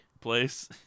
place